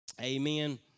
Amen